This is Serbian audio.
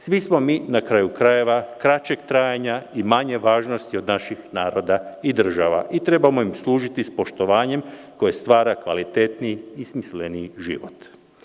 Svi smo mi, na kraju krajeva, kraćeg trajanja i manje važnosti od naših naroda i država i trebamo im služiti sa poštovanjem koje stvara kvalitetniji i smisleniji život.